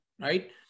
right